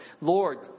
Lord